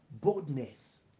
boldness